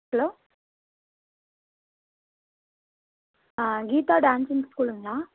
hello Geetha dancing ஸ்கூலுங்களா